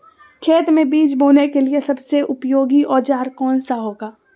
खेत मै बीज बोने के लिए सबसे ज्यादा उपयोगी औजार कौन सा होगा?